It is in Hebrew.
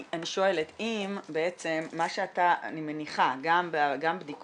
אני שואלת אם בעצם מה שאתה, אני מניחה, גם הבדיקות